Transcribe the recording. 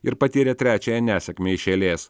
ir patyrė trečiąją nesėkmę iš eilės